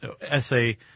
essay